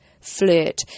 flirt